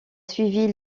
suivi